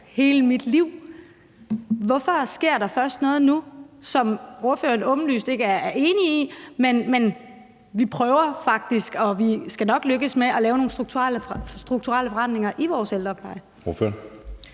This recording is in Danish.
noget nu? Det, der sker, er så noget, som ordføreren åbenlyst ikke er enig i, men vi prøver faktisk, og vi skal nok lykkes med at lave nogle strukturelle forandringer i vores ældrepleje.